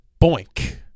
boink